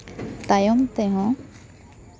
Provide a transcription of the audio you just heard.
ᱛᱟᱭᱚᱢ ᱛᱮᱦᱚᱸ